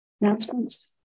announcements